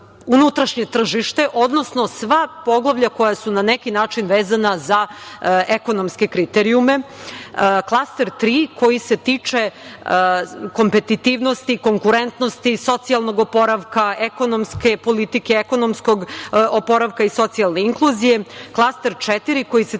unutrašnje tržište, odnosno sva poglavlja koja su na neki način vezana za ekonomske kriterijume. Klaster 3 tiče se kompetitivnosti, konkurentnosti, socijalnog oporavka, ekonomske politike, ekonomskog oporavka i socijalne inkluzije. Klaster 4 tiče se